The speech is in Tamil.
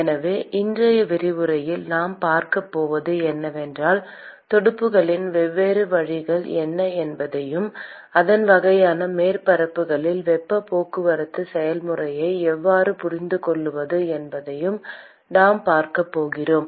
எனவே இன்றைய விரிவுரையில் நாம் பார்க்கப் போவது என்னவென்றால் துடுப்புகளின் வெவ்வேறு வழிகள் என்ன என்பதையும் இந்த வகையான மேற்பரப்புகளில் வெப்பப் போக்குவரத்து செயல்முறையை எவ்வாறு புரிந்துகொள்வது என்பதையும் நாம் பார்க்கப் போகிறோம்